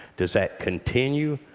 does that continue?